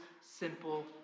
simple